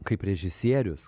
kaip režisierius